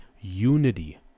unity